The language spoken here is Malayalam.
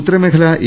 ഉത്തരമേഖല എ